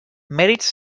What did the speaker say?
mèrits